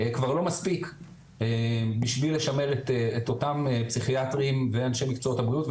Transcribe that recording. כבר לא מספיק בשביל לשמר את אותם פסיכיאטרים ואנשי מקצועות הבריאות.